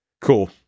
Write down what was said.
cool